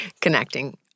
connecting